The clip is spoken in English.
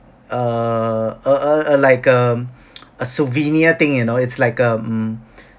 err a a a like um a souvenir thing you know it's like a mm